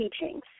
teachings